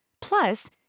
Plus